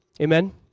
Amen